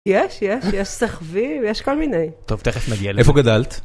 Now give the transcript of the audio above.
יש, יש, יש סכבי, יש כל מיני. טוב, תכף נגיע לזה. איפה גדלת?